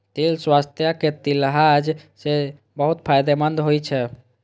तिल स्वास्थ्यक लिहाज सं बहुत फायदेमंद होइ छै